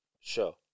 Sure